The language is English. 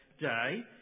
day